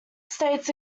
states